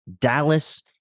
Dallas